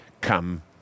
come